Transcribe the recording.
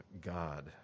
God